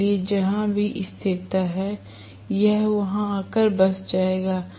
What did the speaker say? इसलिए जहां भी स्थिरता है यह वहां आकर बस जाएगा